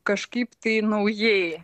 kažkaip tai naujai